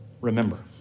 remember